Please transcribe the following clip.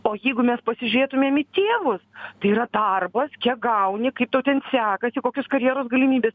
o jeigu mes pasižiūrėtumėm į tėvus tai yra darbas kiek gauni kaip tu ten sekasi kokios karjeros galimybės